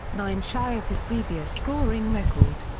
nine shy of his previous scoring record.